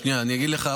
אני אגיד לך,